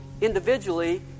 individually